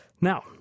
Now